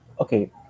okay